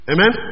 Amen